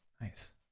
Nice